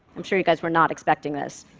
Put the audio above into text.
i'm sure you guys were not expecting this.